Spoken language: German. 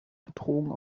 bedrohung